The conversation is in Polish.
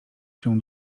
się